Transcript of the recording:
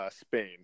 Spain